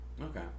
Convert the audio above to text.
Okay